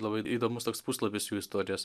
labai įdomus toks puslapis jų istorijos